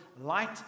light